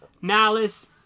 Malice